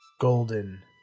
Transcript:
golden